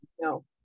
No